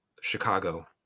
Chicago